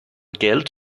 geld